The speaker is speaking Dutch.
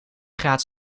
gaat